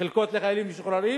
חלקות לחיילים משוחררים,